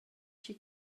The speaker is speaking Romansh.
tgi